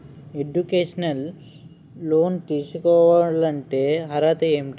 Educational loan తీసుకోవాలంటే అర్హత ఏంటి?